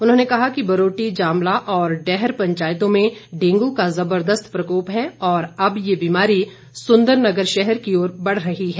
उन्होंने कहा कि बरोटी जामला और डैहर पंचायतों में डेंगू का जबरदस्त प्रकोप है और अब यह बीमारी सुंदरनगर शहर की ओर बढ़ रही है